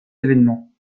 événements